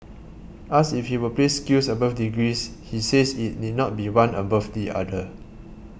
asked if he would place skills above degrees he says it need not be one above the other